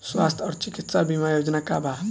स्वस्थ और चिकित्सा बीमा योजना का बा?